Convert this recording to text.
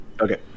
Okay